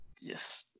Yes